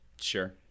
Sure